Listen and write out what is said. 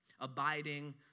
abiding